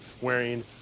wearing